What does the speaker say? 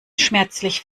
schmerzlich